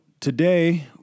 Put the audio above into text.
today